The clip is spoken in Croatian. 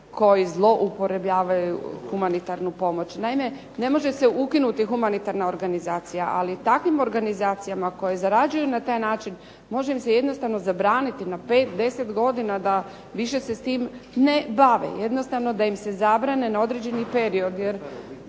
koji zloupotrebljavaju humanitarnu pomoć. Naime, ne može se ukinuti humanitarna organizacija, ali takvim organizacijama koje zarađuju na taj način može im se jednostavno zabraniti na 5, 10 godina da više se s tim ne bave. Jednostavno da im se zabrane na određeni period.